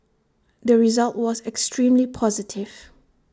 the result was extremely positive